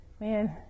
Man